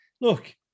look